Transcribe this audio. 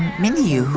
mindy,